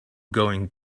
going